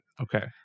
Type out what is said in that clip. Okay